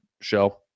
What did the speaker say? show